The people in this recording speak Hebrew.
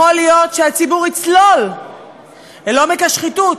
יכול להיות שהציבור יצלול אל עומק השחיתות,